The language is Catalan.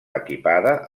equipada